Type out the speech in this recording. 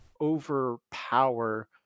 overpower